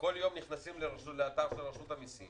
הם כל יום נכנסים לאתר של רשות המיסים